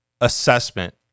assessment